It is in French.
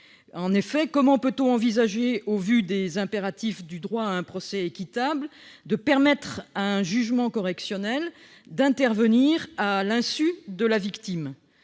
En effet, comment peut-on envisager, au vu des impératifs du droit à un procès équitable, de permettre à un jugement correctionnel d'intervenir à l'insu de la victime ?